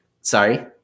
Sorry